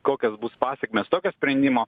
kokios bus pasekmės tokio sprendimo